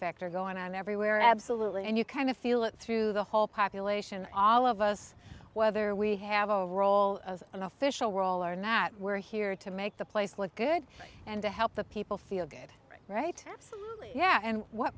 factor going on everywhere absolutely and you kind of feel it through the whole population all of us whether we have a role as an official role or not we're here to make the place was good and to help the people feel good right yeah and what